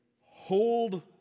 hold